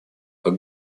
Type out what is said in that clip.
как